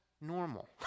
normal